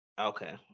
Okay